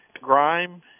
grime